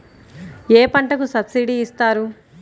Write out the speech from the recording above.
ఏ పంటకు సబ్సిడీ ఇస్తారు?